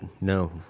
no